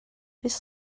oes